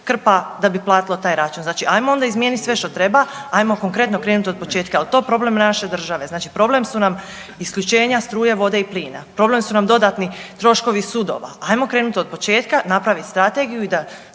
krpa da bi platilo taj račun. Znači, hajmo onda izmijeniti sve što treba, hajmo konkretno krenuti od početka. Jel' to problem naše države? Znači problem su nam isključenja struje, vode i plina. Problem su nam dodatni troškovi sudova. Hajmo krenuti od početka, napravit strategiju i da